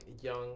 young